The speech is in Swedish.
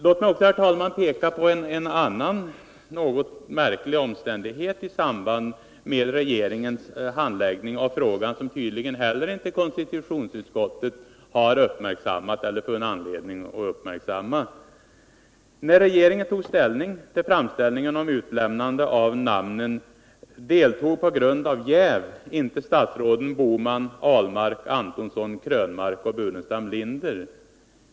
Låt mig också, herr talman, peka på en annan något märklig omständighet i samband med regeringens handläggning av frågan, som tydligen heller inte konstitutionsutskottet har uppmärksammat eller funnit anledning att uppmärksamma. När regeringen tog ställning till framställningen om utlämnande av namnen deltog på grund av jäv inte statsråden Bohman, Ahlmark, Antonsson, Krönmark och Burenstam Linder.